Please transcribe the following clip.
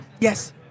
Yes